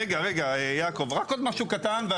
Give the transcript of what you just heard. רגע יעקב, רק עוד משהו קטן.